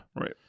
Right